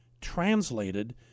translated